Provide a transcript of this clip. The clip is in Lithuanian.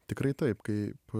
tikrai taip kaip